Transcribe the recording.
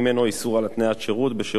איסור על התניית שירות בשירות ועוד.